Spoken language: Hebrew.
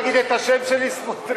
אתה מוכן להגיד את השם שלי, סמוטריץ?